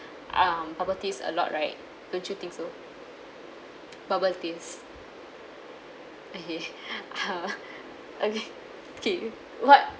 um bubble teas a lot right don't you think so bubble teas okay okay what